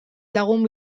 lagun